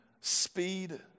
speed